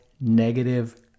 negative